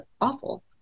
awful